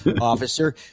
Officer